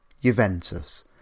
Juventus